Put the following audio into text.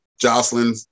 Jocelyn